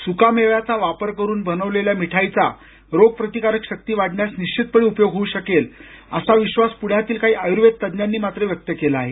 सुकामेव्याचा वापर करून बनवलेल्या मिठाईचा रोगप्रतिकारक शक्ती वाढण्यास निश्चितपणे उपयोग होऊ शकेल असा विश्वास प्ण्यातील काही आयूर्वेद तज्ज्ञांनी मात्र व्यक्त केला आहे